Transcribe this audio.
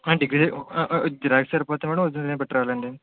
degree xerox సరిపోతుందా madam ఒరిజినలే పట్టుకురావాలా అండి